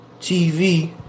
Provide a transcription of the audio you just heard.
TV